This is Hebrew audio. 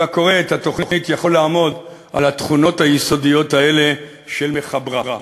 כל הקורא את התוכנית יכול לעמוד על התכונות היסודיות האלה של מחברה.